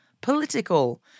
political